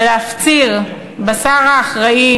ולהפציר בשר האחראי,